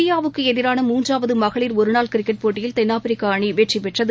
இந்தியாவுக்கு எதிரான மூன்றாவது மகளிர் ஒருநாள் கிரிக்கெட் போட்டியில் தென்னாப்பிரிக்கா அணி வெற்றி பெற்றது